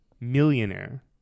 millionaire